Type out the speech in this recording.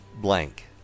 blank